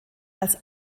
als